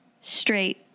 straight